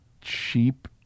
cheap